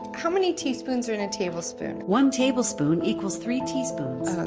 how many teaspoons are in a tablespoon? one tablespoon equals three teaspoons.